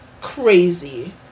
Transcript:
Crazy